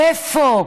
איפה?